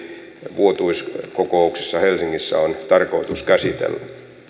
vuotuiskokouksessa helsingissä on tarkoitus käsitellä